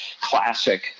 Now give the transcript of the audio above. classic